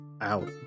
out